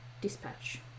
dispatch